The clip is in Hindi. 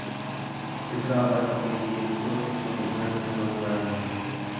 पिछड़ा वर्ग के लिए कुल कितनी ऋण योजनाएं हैं?